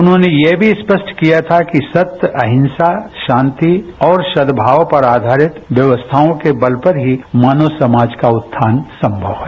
उन्होंने यह भी स्पष्ट किया था कि सत्य अहिंसा शांति और सद्भाव पर आधारित व्यवस्थाओं के बल पर ही मानव समाज का उत्थान संभव है